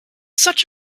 such